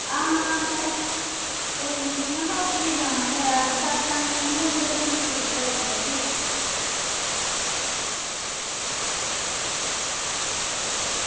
आं कोई निं में हा उत्त गी जाना में सत्संग सुनी औगे ते फिर फिरदे औगे